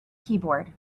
keyboard